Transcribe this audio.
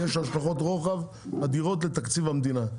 יש השלכות רוחב אדירות על תקציב המדינה.